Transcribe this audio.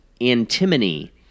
antimony